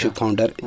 founder